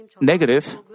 negative